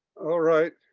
all right.